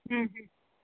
हम्म हम्म